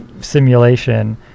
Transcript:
simulation